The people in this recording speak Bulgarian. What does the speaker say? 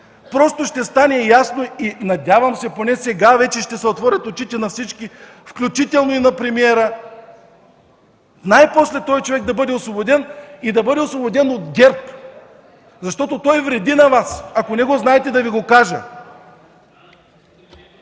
просто ще стане ясно и надявам се поне сега ще се отворят очите на всички, включително и на премиера, най-после този човек да бъде освободен и да бъде освободен от ГЕРБ! Той вреди на Вас, ако не го знаете, да Ви го кажа!